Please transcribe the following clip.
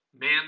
Man